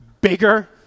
bigger